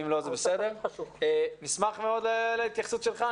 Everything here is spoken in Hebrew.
נשמח מאוד להתייחסות שלך,